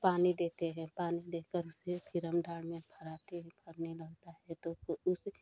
पानी देते हैं पानी देकर उसे फ़िर हम डाल में भर आते हैं भरने लगता है तब उस